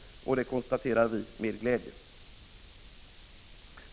Det konstaterar vi med glädje.